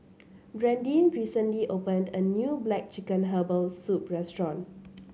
Brandyn recently opened a new black chicken Herbal Soup restaurant